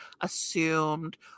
assumed